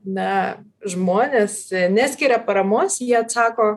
na žmonės neskiria paramos jie atsako